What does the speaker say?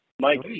mike